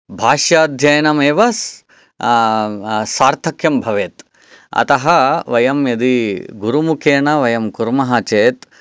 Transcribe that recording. भाष्याध्ययनमेव सार्थक्यं भवेत् अतः वयं यदि गुरुमुखेन वयं कुर्मः चेत्